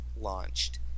launched